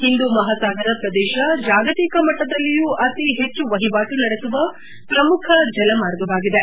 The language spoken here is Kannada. ಹಿಂದೂ ಮಹಾಸಾಗರ ಪ್ರದೇಶ ಜಾಗತಿಕ ಮಟ್ಟದಲ್ಲಿಯೂ ಅತಿ ಹೆಚ್ಚು ವಹಿವಾಟು ನಡೆಸುವ ಪ್ರಮುಖ ಜಲ ಮಾರ್ಗವಾಗಿದೆ